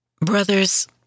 Brothers